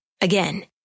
Again